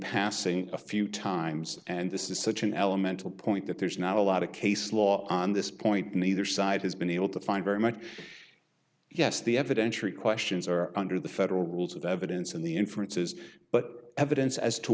passing a few times and this is such an elemental point that there's not a lot of case law on this point neither side has been able to find very much yes the evidentiary questions are under the federal rules of evidence and the inferences but evidence as to